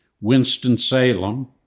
Winston-Salem